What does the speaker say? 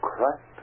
Crack